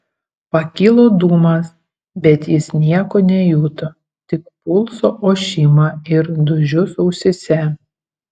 pakilo dūmas bet jis nieko nejuto tik pulso ošimą ir dūžius ausyse